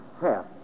half